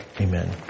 Amen